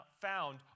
found